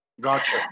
Gotcha